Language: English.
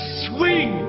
swing